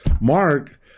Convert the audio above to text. Mark